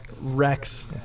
Rex